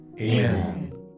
Amen